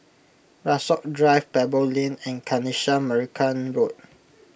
Rasok Drive Pebble Lane and Kanisha Marican Road